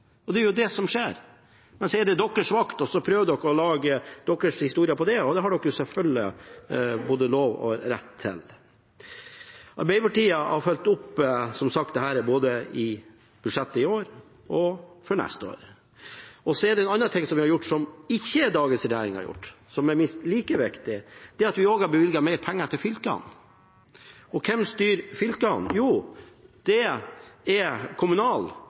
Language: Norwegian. og det er det som skjer. Men nå er det deres vakt, og så prøver de å lage sin historie på det, og det har de selvfølgelig både lov og rett til. Arbeiderpartiet har som sagt fulgt opp dette både i budsjettet i år og for neste år. Så har vi gjort en annen ting som ikke dagens regjering har gjort, og som er minst like viktig – vi har også bevilget mer penger til fylkene. Og hvem styrer fylkene? Jo, det er